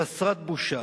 חסרת בושה,